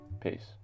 Peace